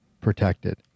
protected